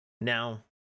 Now